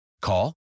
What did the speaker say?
Call